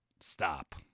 Stop